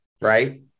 right